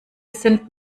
sind